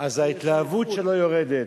אז ההתלהבות שלו יורדת.